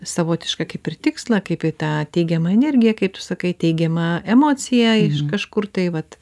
savotišką kaip ir tikslą kaip ir tą teigiamą energiją kaip tu sakai teigiamą emociją iš kažkur tai vat